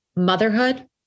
motherhood